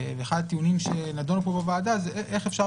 ואחד הטיעונים שנדונו פה בוועדה הוא איך אפשר